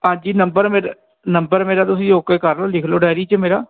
ਹਾਂਜੀ ਨੰਬਰ ਮੇਰਾ ਨੰਬਰ ਮੇਰਾ ਤੁਸੀਂ ਓਕੇ ਕਰ ਲਓ ਲਿਖ ਲਓ ਡੈਅਰੀ 'ਚ ਮੇਰਾ